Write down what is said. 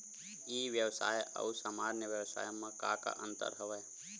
ई व्यवसाय आऊ सामान्य व्यवसाय म का का अंतर हवय?